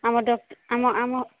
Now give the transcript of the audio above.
ଆମ ଡକ୍ଟର୍ ଆମ ଆମ